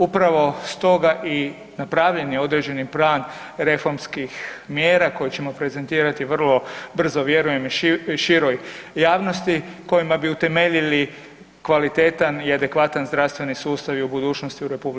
Upravo stoga i napravljen je i određeni plan reformskih mjera koje ćemo prezentirati vrlo brzo, vjerujem i široj javnosti, kojima bi utemeljili kvalitetan i adekvatan zdravstveni sustav i u budućnosti u RH.